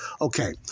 Okay